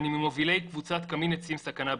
אני ממובילי קבוצת 'קמין עצים סכנה בריאותית'.